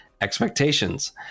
expectations